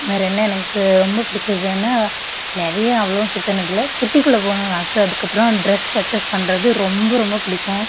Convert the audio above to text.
வேறு என்ன எனக்கு ரொம்ப பிடிச்சதுன்னா நிறையா அவ்ளோவாக சுற்றுனது இல்லை சிட்டிகுள்ளே போகணுன்னு ஆசை அதற்கப்றம் டிரஸ் பர்ச்சேஸ் பண்ணுறது ரொம்ப ரொம்ப பிடிக்கும்